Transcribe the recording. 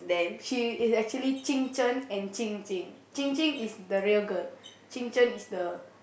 she is actually Qing-Chen and Qing Qing Qing Qing is the real girl Qing-Chen is the